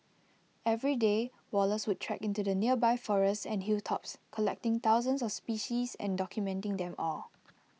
every day Wallace would trek into the nearby forests and hilltops collecting thousands of species and documenting them all